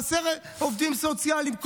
חסרים עובדים סוציאליים.